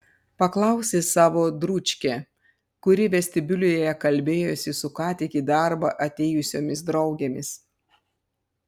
paklausė savo dručkę kuri vestibiulyje kalbėjosi su ką tik į darbą atėjusiomis draugėmis